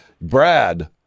Brad